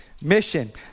Mission